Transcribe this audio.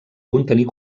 contenir